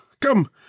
Come